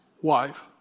wife